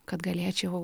kad galėčiau